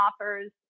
offers